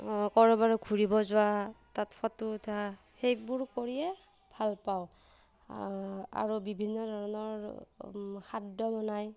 ক'ৰবালৈ ঘূৰিব যোৱা তাত ফটো উঠা সেইবোৰ কৰিয়ে ভাল পাওঁ আৰু বিভিন্ন ধৰণৰ খাদ্য বনায়